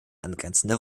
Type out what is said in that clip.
angrenzende